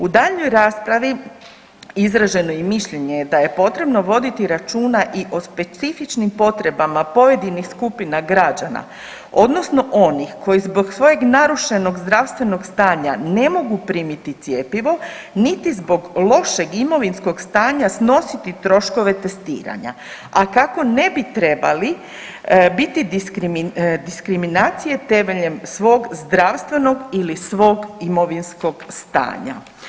U daljnjoj raspravi izraženo je i mišljenje da je potrebno voditi računa i o specifičnim potrebama pojedinih skupina građana odnosno onih koji zbog svojeg narušenog zdravstvenog stanja ne mogu primiti cjepivo, niti zbog lošeg imovinskog stanja snositi troškove testiranja, a kako ne bi trebali biti diskriminacije temeljem svog zdravstvenog ili svog imovinskog stanja.